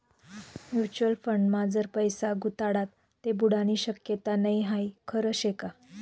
Mutual फंडमा जर पैसा गुताडात ते बुडानी शक्यता नै हाई खरं शेका?